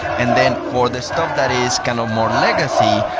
and then for the stuff that is kind of more legacy,